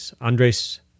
Andres